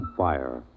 fire